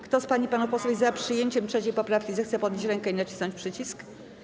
Kto z pań i panów posłów jest za przyjęciem 3. poprawki, zechce podnieść rękę i nacisnąć przycisk.